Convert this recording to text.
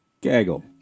gaggle